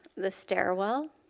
the stairwell,